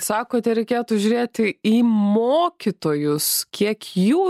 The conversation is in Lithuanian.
sakote reikėtų žiūrėti į mokytojus kiek jų